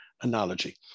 analogy